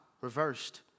reversed